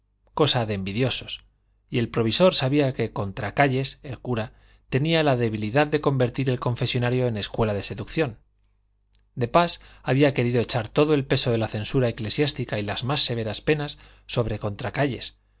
cosa de envidiosos y el provisor sabía que contracayes el cura tenía la debilidad de convertir el confesonario en escuela de seducción de pas había querido echar todo el peso de la censura eclesiástica y las más severas penas sobre